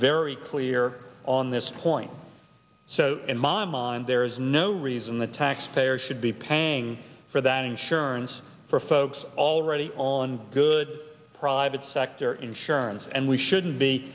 very clear on this point so in my mind there is no reason the taxpayer should be paying for that insurance for folks already on good private sector insurance and we shouldn't be